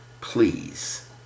please